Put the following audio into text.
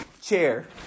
chair